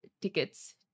tickets